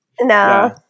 No